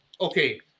Okay